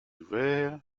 ouvert